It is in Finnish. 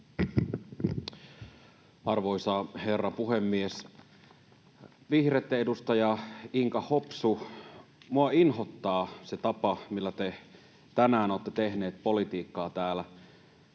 Arvoisa herra puhemies! Vihreitten edustaja Inka Hopsu, minua inhottaa se tapa, millä te tänään olette tehnyt politiikkaa täällä.